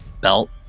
belt